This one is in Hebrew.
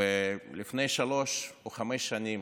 לפני שלוש או חמש שנים